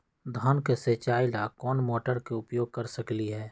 धान के सिचाई ला कोंन मोटर के उपयोग कर सकली ह?